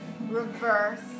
Reverse